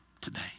today